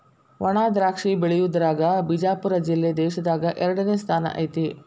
ವಣಾದ್ರಾಕ್ಷಿ ಬೆಳಿಯುದ್ರಾಗ ಬಿಜಾಪುರ ಜಿಲ್ಲೆ ದೇಶದಾಗ ಎರಡನೇ ಸ್ಥಾನ ಐತಿ